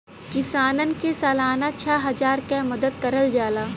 किसान के सालाना छः हजार क मदद करल जाला